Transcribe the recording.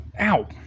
Ow